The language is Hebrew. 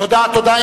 תודה, תודה.